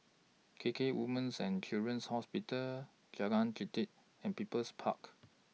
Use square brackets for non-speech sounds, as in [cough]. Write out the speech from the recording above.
K K Women's and Children's Hospital Jalan Jelita and People's Park [noise]